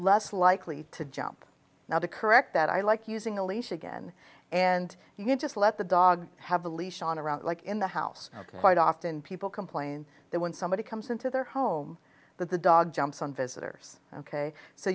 less likely to jump now to correct that i like using a leash again and you can just let the dog have a leash on around like in the house ok quite often people complain that when somebody comes into their home that the dog jumps on visitors ok so